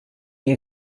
hija